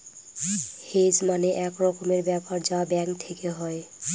hedge মানে এক রকমের ব্যাপার যা ব্যাঙ্ক থেকে হয়